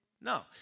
No